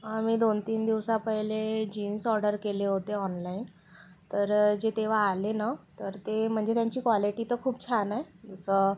आम्ही दोन तीन दिवसा पहिले जीन्स ऑर्डर केले होते ऑनलाइन तर जे तेव्हा आले ना तर ते म्हणजे त्यांची क्वालिटी तर खूप छान आहे